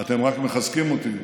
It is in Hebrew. אתם רק מחזקים אותי.